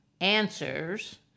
answers